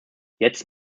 jetzt